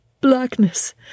blackness